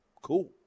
cool